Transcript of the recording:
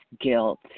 guilt